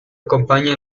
acompaña